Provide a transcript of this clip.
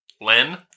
Len